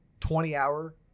20-hour